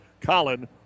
Colin